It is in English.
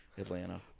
Atlanta